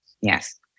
Yes